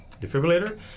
defibrillator